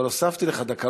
אבל הוספתי לך דקה.